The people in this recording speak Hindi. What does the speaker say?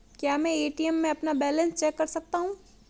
क्या मैं ए.टी.एम में अपना बैलेंस चेक कर सकता हूँ?